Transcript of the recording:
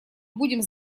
будем